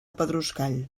pedruscall